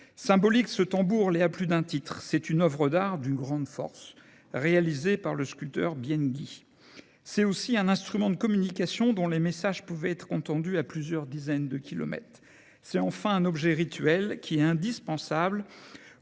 Symbolique ce tambour, l'est à plus d'un titre. C'est une oeuvre d'art d'une grande force, réalisée par le sculpteur Bien Gui. C'est aussi un instrument de communication dont les messages pouvaient être entendus à plusieurs dizaines de kilomètres. C'est enfin un objet rituel qui est indispensable